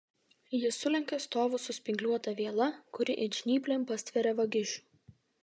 ji sulenkia stovus su spygliuota viela kuri it žnyplėm pastveria vagišių